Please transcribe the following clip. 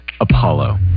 Apollo